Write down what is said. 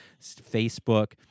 Facebook